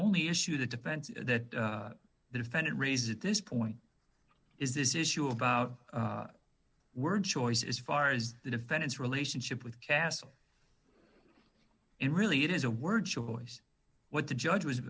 only issue the defense that the defendant raises this point is this issue about word choice is far is the defendant's relationship with castle and really it is a word choice what the judge was